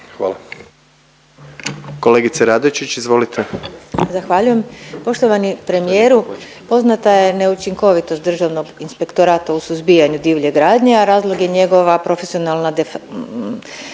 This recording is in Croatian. **Radojčić, Dušica (Možemo!)** Zahvaljujem. Poštovani premijeru poznata je neučinkovitost Državnog inspektorata u suzbijanju divlje gradnje, a razlog je njegova profesionalna def…